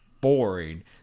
boring